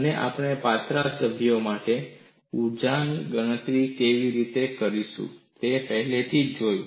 અને આપણે પાતળા સભ્યો માટે ઊર્જાની ગણતરી કેવી રીતે કરવી તે પહેલેથી જ જોયું છે